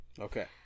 Okay